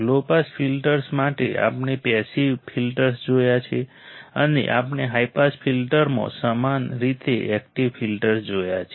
લો pass filters માટે આપણે passive filters જોયા છે અને આપણે હાઈ પાસ ફિલ્ટરમાં સમાન રીતે એકટીવ ફિલ્ટર્સ જોયા છે